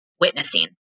witnessing